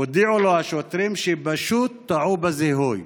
הודיעו לו השוטרים שפשוט טעו בזיהוי,